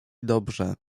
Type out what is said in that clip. dobrze